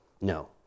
no